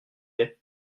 est